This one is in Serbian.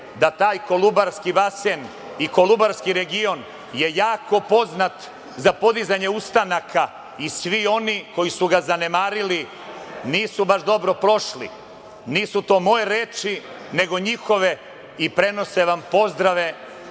da taj kolubarski basen i kolubarski region je jako poznat za podizanje ustanaka i svi oni koji su ga zanemarili nisu baš dobro prošli. Nisu to moje reči, nego njihove i prenose vam pozdrave